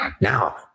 now